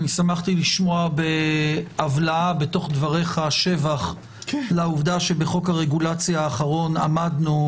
שמחתי לשמוע בהבלעה בתוך דבריך שבח לעובדה שבחוק הרגולציה האחרון עמדנו,